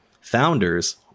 founders